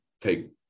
take